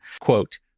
quote